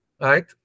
right